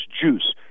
juice